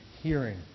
hearing